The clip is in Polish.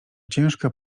ciężka